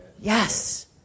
Yes